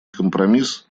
компромисс